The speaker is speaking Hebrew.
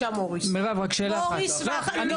אני חשוב שלי